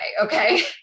Okay